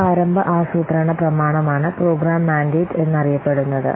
ഈ പ്രാരംഭ ആസൂത്രണ പ്രമാണമാണ് പ്രോഗ്രാം മാൻഡേറ്റ് എന്നറിയപ്പെടുന്നത്